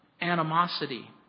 animosity